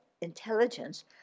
intelligence